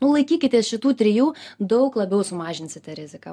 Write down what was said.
nu laikykitės šitų trijų daug labiau sumažinsite riziką